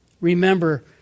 Remember